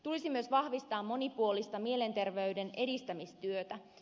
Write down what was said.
tulisi myös vahvistaa monipuolista mielenterveyden edistämistyötä